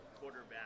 quarterback